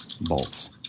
bolts